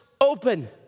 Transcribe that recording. open